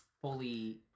fully